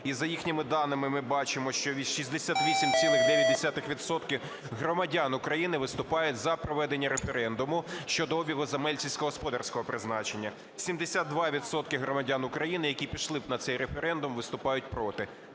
І за їхніми даними ми бачимо, що 68,9 відсотків громадян України виступають за проведення референдуму щодо обігу земель сільськогосподарського призначення. 72 відсотка громадян України, які пішли б на цей референдум, виступають проти.